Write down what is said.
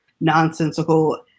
nonsensical